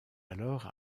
alors